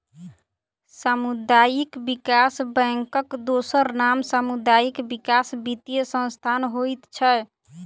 सामुदायिक विकास बैंकक दोसर नाम सामुदायिक विकास वित्तीय संस्थान होइत छै